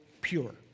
pure